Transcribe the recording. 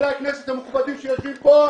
חברי הכנסת המכובדים שיושבים כאן,